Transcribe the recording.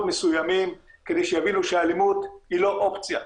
מסוימים כדי שיבינו שהאלימות היא לא אופציה.